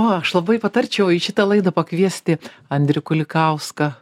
o aš labai patarčiau į šitą laidą pakviesti andrių kulikauską